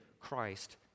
Christ